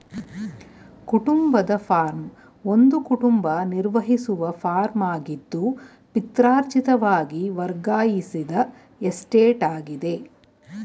ಕುಟುಂಬದ ಫಾರ್ಮ್ ಒಂದು ಕುಟುಂಬ ನಿರ್ವಹಿಸುವ ಫಾರ್ಮಾಗಿದ್ದು ಪಿತ್ರಾರ್ಜಿತವಾಗಿ ವರ್ಗಾಯಿಸಿದ ಎಸ್ಟೇಟಾಗಿದೆ